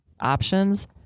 options